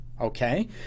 Okay